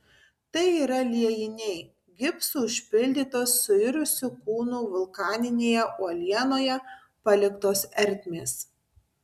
tai yra liejiniai gipsu užpildytos suirusių kūnų vulkaninėje uolienoje paliktos ertmės